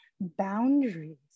boundaries